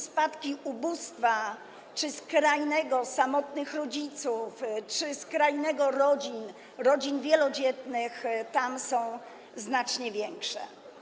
Spadki ubóstwa - czy skrajnego samotnych rodziców, czy skrajnego rodzin, rodzin wielodzietnych - tam są znacznie większe.